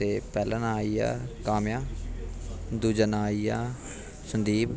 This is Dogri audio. ते पैह्ला नांऽ आई गेआ काम्या दूजा नांऽ आई गेआ संदीप